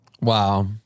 Wow